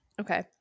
Okay